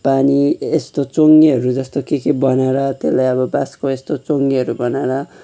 पानी यस्तो चोङ्गेहरू जस्तो के के बनाएर त्यसलाई अब बाँसको यस्तो चोङ्गेहरू बनाएर